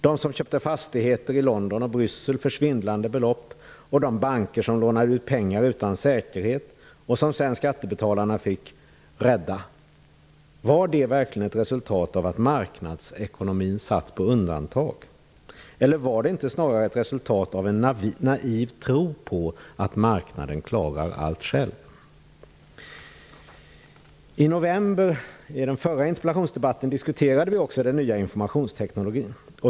De som köpte fastigheter i London och Bryssel för svindlande belopp och de banker som lånade ut pengar utan säkerhet och som sedan skattebetalarna fick rädda -- var det verkligen ett resultat av att marknadsekonomin satts på undantag? Var det inte snarare ett resultat av en naiv tro på att marknaden klarar allt själv? I november i en interpellationsdebatt diskuterade vi den nya informationsteknologin.